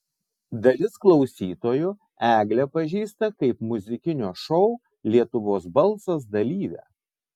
dalis klausytojų eglę pažįsta kaip muzikinio šou lietuvos balsas dalyvę